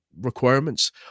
requirements